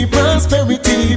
Prosperity